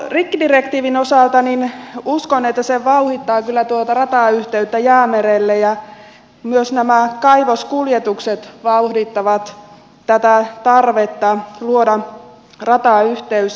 rikkidirektiivin osalta uskon että se vauhdittaa kyllä tuota ratayhteyttä jäämerelle ja myös kaivoskuljetukset vauhdittavat tätä tarvetta luoda ratayhteys